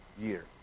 year